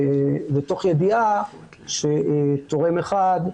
ותוך ידיעה שתורם אחד,